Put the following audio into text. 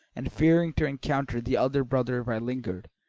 and fearing to encounter the other brother if i lingered,